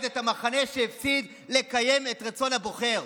את המחנה שהפסיד לקיים את רצון הבוחר.